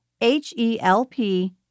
H-E-L-P